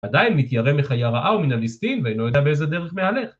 עדיין מתיירא מחיה רעה ומן הליסטין ואינו יודע באיזה דרך מהלך.